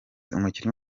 umukinnyi